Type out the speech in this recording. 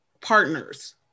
partners